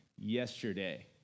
yesterday